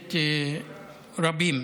כנסת רבים.